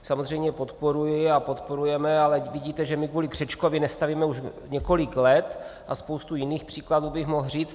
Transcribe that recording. Samozřejmě podporuji a podporujeme, ale vidíte, že my kvůli křečkovi nestavíme už několik let, a spoustu jiných příkladů bych mohl říct.